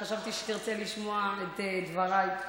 חשבתי שתרצה לשמוע את דבריי.